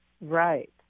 Right